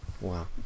wow